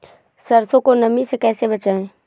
सरसो को नमी से कैसे बचाएं?